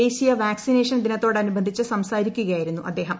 ദേശീയ വാക്സിനേഷൻ ദിനത്തോടനുബന്ധിച്ച് സംസാരിക്കുകയായിരുന്നു അദ്ദേഹം